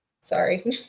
Sorry